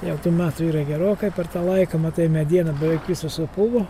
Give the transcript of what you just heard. jau ti metų yra gerokai per tą laiką matai mediena beveik visa supuvo